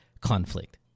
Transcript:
conflict